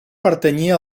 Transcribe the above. pertanyia